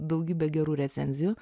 daugybė gerų recenzijų